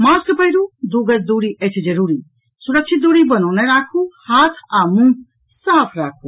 mask पहिरू दू गज दूरी अछि जरूरी सुरक्षित दूरी बनौने राखू आओर हाथ आ मुंह साफ राखू